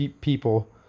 people